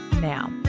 now